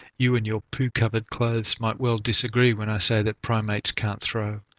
you and your poo-covered clothes might well disagree when i say that primates can't throw.